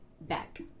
back